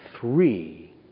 three